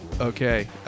Okay